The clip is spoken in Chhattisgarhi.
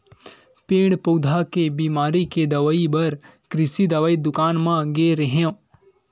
पेड़ पउधा के बिमारी के दवई बर कृषि दवई दुकान म गे रेहेंव